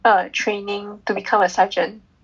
err training to become a sergeant